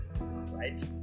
right